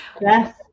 Yes